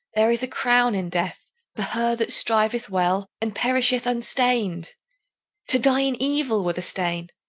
there is a crown in death for her that striveth well and perisheth unstained to die in evil were the stain!